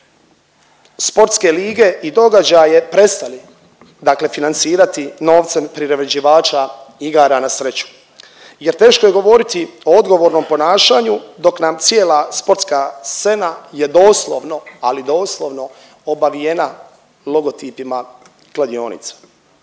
sportske lige i događaje prestali, dakle financirati novcem priređivača igara na sreću. Jer teško je govoriti o odgovornom ponašanju dok nam cijela sportska scena je doslovno, ali doslovno obavijena logotipima kladionica.